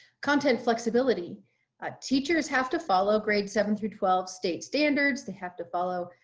content flexibility ah teachers have to follow grades seven through twelve state standards to have to follow.